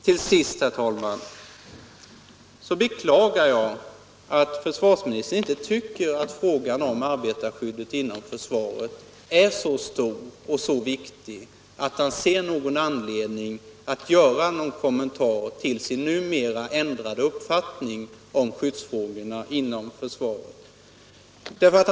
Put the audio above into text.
Till sist, herr talman, beklagar jag att försvarsministern inte tycker att frågan om arbetarskyddet inom försvaret är så stor och så viktig att han har anledning att göra någon kommentar till sin ändrade uppfattning om skyddsfrågorna inom försvaret.